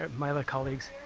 ah my other colleagues